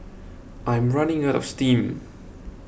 I'm running out of steam